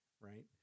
right